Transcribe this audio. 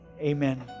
Amen